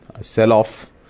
sell-off